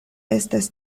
estas